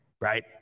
Right